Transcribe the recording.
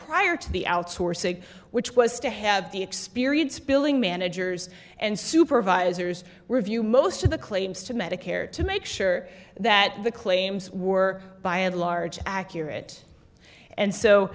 prior to the outsourcing which was to have the experience billing managers and supervisors were view most of the claims to medicare to make sure that the claims were by and large accurate and so